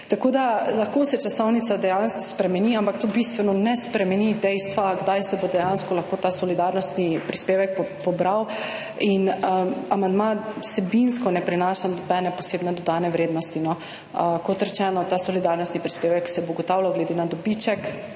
tako da lahko se časovnica dejansko spremeni, ampak to bistveno ne spremeni dejstva, kdaj se bo dejansko lahko ta solidarnostni prispevek pobral. In amandma vsebinsko ne prinaša nobene posebne dodane vrednosti, no. Kot rečeno, ta solidarnostni prispevek se bo ugotavljal glede na dobiček,